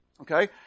okay